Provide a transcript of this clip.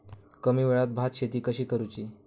कमी वेळात भात शेती कशी करुची?